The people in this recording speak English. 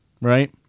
right